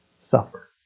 suffer